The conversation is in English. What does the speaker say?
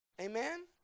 Amen